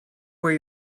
where